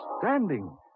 standing